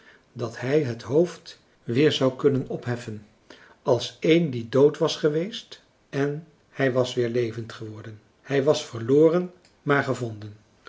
dat hij het hoofd weer zou kunnen opheffen als een die dood was geweest en hij was weer levend geworden hij was verloren maar gevonden